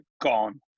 gone